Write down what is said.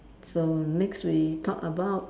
so next we talk about